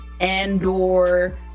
Andor